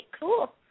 cool